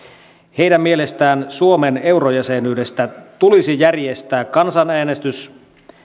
heidän mielestään suomen eurojäsenyydestä tulisi järjestää kansanäänestys